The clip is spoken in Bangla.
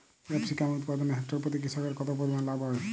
ক্যাপসিকাম উৎপাদনে হেক্টর প্রতি কৃষকের কত পরিমান লাভ হয়?